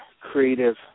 creative